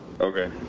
Okay